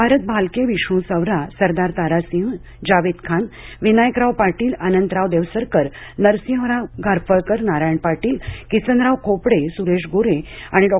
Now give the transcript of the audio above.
भारत भालके विष्णू सवरा सरदार तारासिंह जावेद खान विनायकराव पाटील अनंतराव देवसरकर नरसिंहराव घारफळकर नारायण पाटील किसनराव खोपडे सुरेश गोरे आणि डॉ